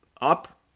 up